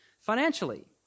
financially